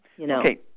Okay